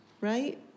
Right